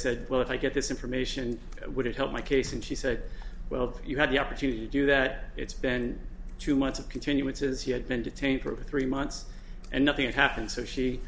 said well if i get this information would it help my case and she said well you had the opportunity to do that it's been two months of continuances he had been detained for over three months and nothing happened so she